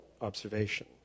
observation